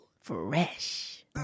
Fresh